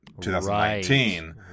2019